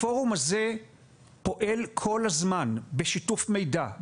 הפורום הזה פועל כל הזמן בשיתוף מידע,